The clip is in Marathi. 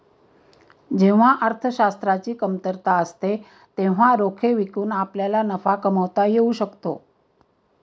जेव्हा अर्थशास्त्राची कमतरता असते तेव्हा रोखे विकून आपल्याला नफा कमावता येऊ शकतो